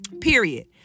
Period